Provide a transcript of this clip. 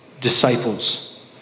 disciples